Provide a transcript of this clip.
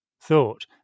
thought